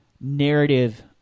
narrative